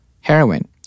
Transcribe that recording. heroin